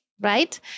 right